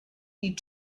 die